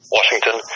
Washington